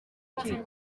ati